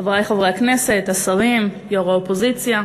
חברי חברי הכנסת, השרים, יושבת-ראש האופוזיציה,